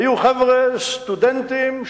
היו חבר'ה סטודנטים,